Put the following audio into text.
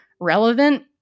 relevant